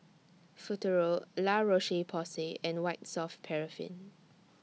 Futuro La Roche Porsay and White Soft Paraffin